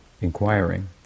inquiring